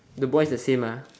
the boy is the same ah